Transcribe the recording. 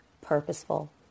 purposeful